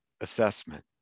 assessment